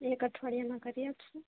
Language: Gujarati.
એક અઠવાડિયામાં કરી આપશો